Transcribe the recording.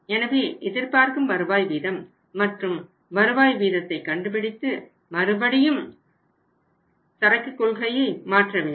எனவே எதிர்பார்க்கும் வருவாய் வீதம் மற்றும் வருவாய் விதத்தை கண்டுபிடித்து மறுபடியும் சரக்கு கொள்கையை மாற்ற வேண்டும்